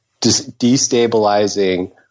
destabilizing